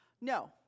no